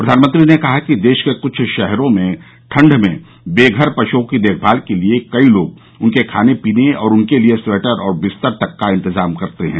प्रधानमंत्री ने कहा कि देश के कुछ शहरों में ठंड में बेघर पशुओं की देखभाल के लिए कई लोग उनके खाने पीने और उनके लिए स्वेटर और बिस्तर तक का इन्तजाम करते हैं